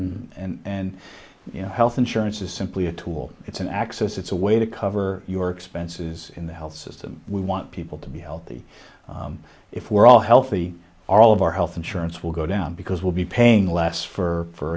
and you know health insurance is simply a tool it's an access it's a way to cover your expenses in the health system we want people to be healthy if we're all healthy all of our health insurance will go down because we'll be paying less for